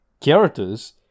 characters